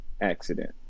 accident